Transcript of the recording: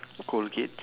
okay